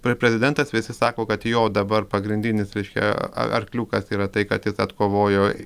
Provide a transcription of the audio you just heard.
pre prezidentas visi sako kad jo dabar pagrindinis reiškia ar arkliukas yra tai kad jis atkovojo